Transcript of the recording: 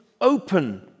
open